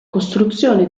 costruzione